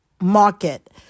market